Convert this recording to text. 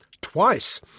Twice